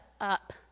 up